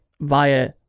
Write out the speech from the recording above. via